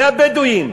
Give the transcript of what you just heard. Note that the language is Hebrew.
זה הבדואים.